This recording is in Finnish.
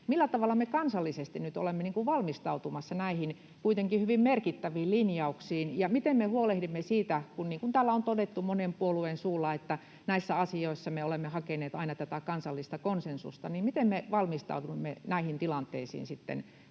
millä tavalla me kansallisesti nyt olemme valmistautumassa näihin kuitenkin hyvin merkittäviin linjauksiin, ja — niin kuin täällä on todettu monen puolueen suulla, että näissä asioissa me olemme hakeneet aina tätä kansallista konsensusta — miten me valmistaudumme näihin tilanteisiin